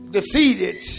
defeated